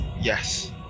Yes